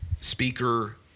speaker